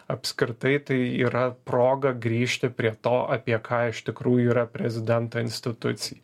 apskritai tai yra proga grįžti prie to apie ką iš tikrųjų yra prezidento institucija